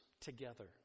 together